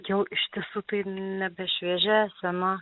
jau iš tiesų tai nebešviežia sena